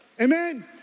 Amen